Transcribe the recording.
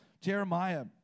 Jeremiah